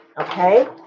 Okay